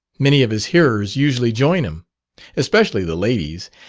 many of his hearers usually join him especially the ladies,